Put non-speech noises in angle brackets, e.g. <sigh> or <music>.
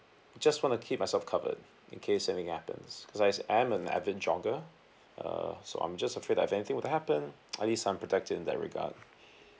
just wanna keep myself covered in case anything happens cause I I am a avid jogger uh so I'm just afraid of anything were to happen <noise> at least some protect in that regard